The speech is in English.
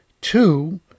Two